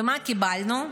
ומה קיבלנו?